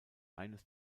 eines